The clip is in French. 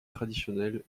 traditionnel